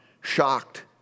shocked